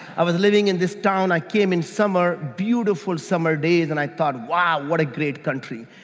i was living in this town. i came in summer, beautiful summer days and i thought, wow. what a great country.